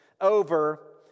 over